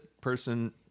person